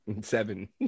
Seven